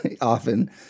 often